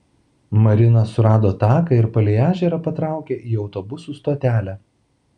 marina surado taką ir palei ežerą patraukė į autobusų stotelę